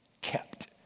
Kept